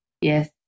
Yes